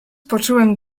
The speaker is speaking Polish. poczułem